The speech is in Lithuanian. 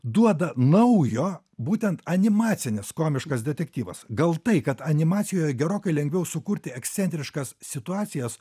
duoda naujo būtent animacinis komiškas detektyvas gal tai kad animacijoje gerokai lengviau sukurti ekscentriškas situacijas